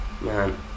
man